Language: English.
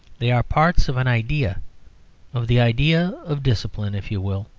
they are parts of an idea of the idea of discipline if you will,